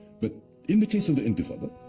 but in the case of the intifada,